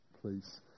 please